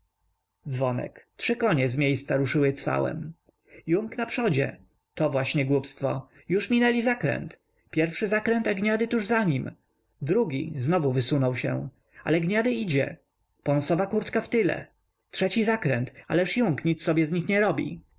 dzwonek trzy konie z miejsca ruszyły cwałem yung naprzodzie to właśnie głupstwo już minęli zakręt pierwszy zakręt a gniady tuż za nim drugi znowu wysunął się ale gniady idzie pąsowa kurtka wtyle trzeci zakręt ależ yung nic sobie z nich nie robi